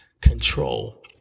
control